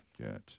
get